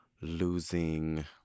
losing